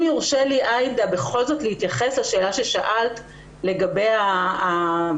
אם יורשה לי להתייחס לשאלה ששאלה היושבת-ראש לגבי התכניות